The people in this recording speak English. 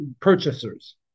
purchasers